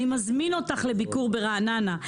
אני מזמין אותך לביקור ברעננה.